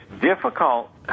difficult